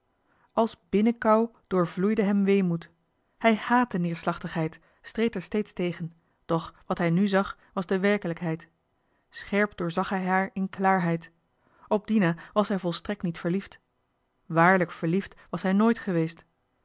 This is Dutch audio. meester de zonde in het deftige dorp neerslachtigheid streed er steeds tegen doch wat hij nu zag was de werkelijkheid scherp doorzag hij haar in klaarheid op dina was hij volstrekt niet verliefd waarlijk verliefd was hij nooit geweest